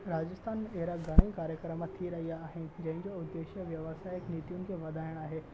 राजस्थान में अहिड़ा घणेई कार्यक्रम थी रहिया आहिनि जंहिंजो उद्देश्य व्यवसायिक नीतियुनि खे वधाइणु आहे